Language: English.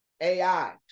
ai